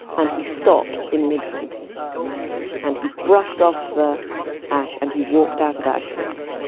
and he stopped in mid sentence and he brushed off the ash and he walked out of auschwitz.